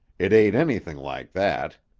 it ain't anything like that.